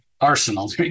Arsenal